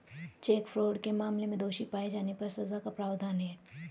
check fraud के मामले में दोषी पाए जाने पर सजा का प्रावधान है